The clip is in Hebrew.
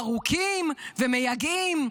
ארוכים ומייגעים,